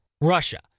Russia